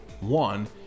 One